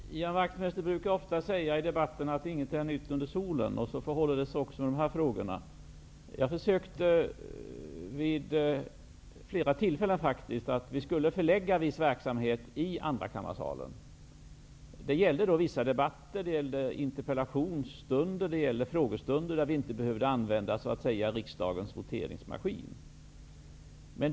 Herr talman! Ian Wachtmeister brukar ofta i debatterna säga att inget är nytt under solen. Så förhåller det sig också i de här frågorna. Jag försökte vid flera tillfällen förlägga viss verksamhet i andrakammarsalen. Det gällde vissa debatter, interpellationsstunder och frågestunder då vi inte behövda använda riksdagens voteringsanläggning.